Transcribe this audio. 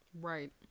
Right